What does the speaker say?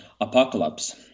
apocalypse